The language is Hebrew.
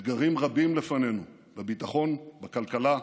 אתגרים רבים לפנינו בביטחון, בכלכלה,